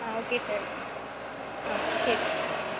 ஆ okay sir ஆ சரி sir ஆ